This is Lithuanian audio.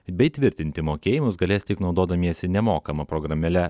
bei tvirtinti mokėjimus galės tik naudodamiesi nemokama programėle